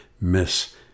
miss